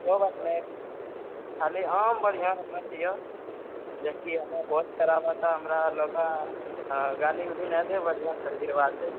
ओ बात नहि खाली आम बढ़िआँ रहना चाहिए जेकी हमर बहुत ख़राब हेतए हमरा लोग गाली उली नहि दे बढ़िआँ खाली दिलवा दे